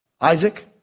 Isaac